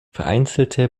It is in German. vereinzelte